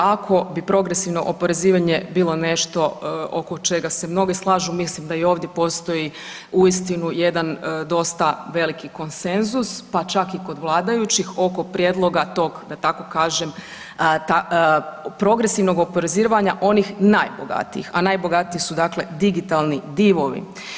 Ako bi progresivno oporezivanje bilo nešto oko čega se mnogi slažu, mislim da i ovdje postoji uistinu jedan dosta veliki konsenzus pa čak i kod vladajućih oko prijedloga tog da tako kažem progresivnog oporezivanja onih najbogatijih, a najbogatiji su digitalni divovi.